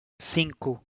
cinco